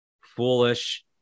foolish